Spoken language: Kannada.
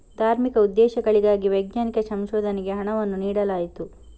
ಧಾರ್ಮಿಕ ಉದ್ದೇಶಗಳಿಗಾಗಿ ವೈಜ್ಞಾನಿಕ ಸಂಶೋಧನೆಗೆ ಹಣವನ್ನು ನೀಡಲಾಯಿತು